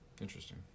Interesting